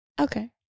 Okay